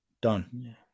Done